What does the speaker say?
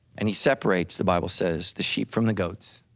and he separates the bible says the sheep from the goats.